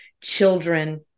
children